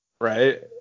Right